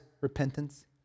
repentance